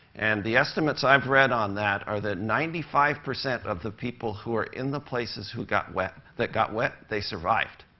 and the estimates i've read on that are that ninety five percent of the people who were in the places who got wet that got wet, they survived.